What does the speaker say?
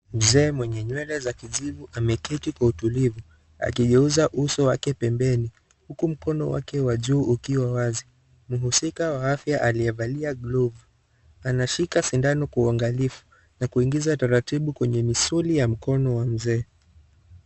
Mzee mwenye nywele za kijivu ameketi kwa utulivu akigeuza uso wake pembeni huku mkono wake wa juu ukiwa wazi, mhusika wa afya aliyevalia glovu anashika sindano kwa uangalifu na kuingiza taratibu kwenye misuli ya mkono wa mzee.